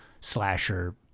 slasher